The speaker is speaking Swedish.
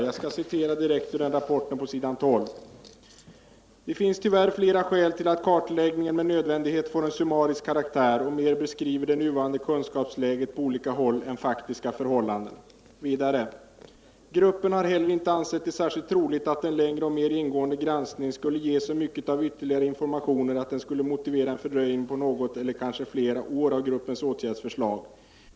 Jag citerar direkt ur denna på sidan 12: ”Det finns tyvärr flera skäl till att kartläggningen med nödvändighet får en summarisk karaktär och mer beskriver det nuvarande kunskapsläget på olika håll än faktiska förhållanden.” —-—-- ”Gruppen har heller inte ansett det särskilt troligt att en längre och mer ingående granskning skulle ge så mycket av ytterligare informationer att den skulle motivera en fördröjning på något eller kanske flera år av gruppens åtgärdsförslag.